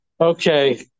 Okay